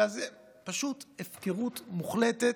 פשוט הפקרות מוחלטת.